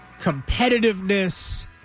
competitiveness